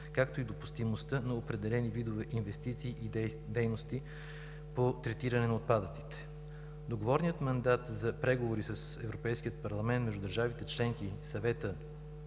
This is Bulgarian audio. както и допустимостта на определени видове инвестиции и дейности по третиране на отпадъците. Договореният мандат за преговори с Европейския парламент между държавите членки и Съвета